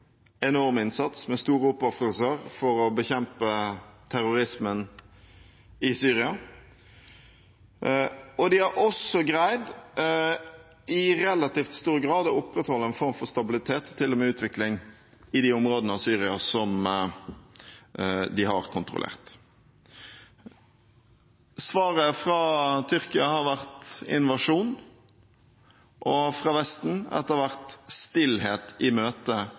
enorm innsats med store oppofrelser for å bekjempe terrorismen i Syria. De har også, i relativt stor grad, greid å opprettholde en form for stabilitet, til og med utvikling, i de områdene av Syria som de har kontrollert. Svaret fra Tyrkia har vært invasjon, og fra Vesten har det vært stillhet i